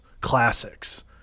classics